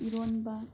ꯏꯔꯣꯟꯕ